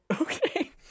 Okay